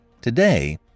Today